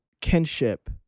kinship